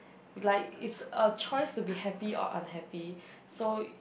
like it's a choice to be happy or unhappy so